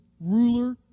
ruler